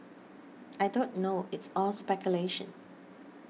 I don't know it's all speculation